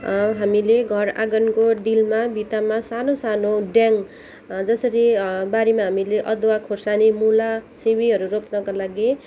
हामीले घर आँगनको डिलमा भित्तामा सानो सानो ड्याङ्ग जसरी बारीमा हामीले अदुवा खोर्सानी मुला सिमीहरू रोप्नको लागि